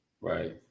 Right